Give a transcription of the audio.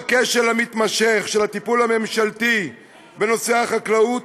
לנוכח הכשל המתמשך של הטיפול הממשלתי בנושא החקלאות,